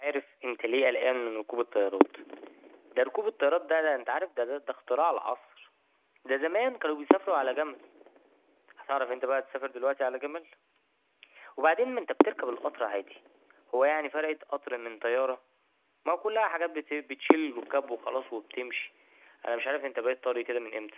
مش عارف أنت ليه قلقان من ركوب الطيارات دا ركوب الطيارت ده يلا ده أنت عارف ده أختراع العصر ده زمان كانوا بيسافروا على جمل هتعرف أنت بقى تسافر دلوقتي على جمل وبعدين ما أنت بتركب القطر عادي هو يعني فرقت قطر من طيارة ما كلها حاجات بت ـ بتشيل الركاب وخلاص وبتمشي أنا مش عارف أنت بقيت طري كده من امتى